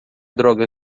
droga